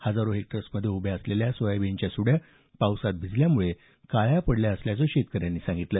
हजारो हेक्टर्समध्ये उभ्या असलेल्या सोयाबीनच्या सुड्या पावसात भिजल्यामुळे काळ्या पडल्या असल्याचं शेतकऱ्यांनी सांगितलं